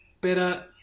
better